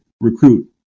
recruit